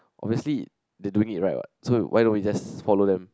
obviously they doing it right what so why don't we just follow them